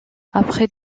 après